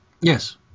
Yes